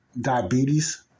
diabetes